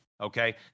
okay